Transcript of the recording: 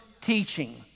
teaching